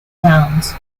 downs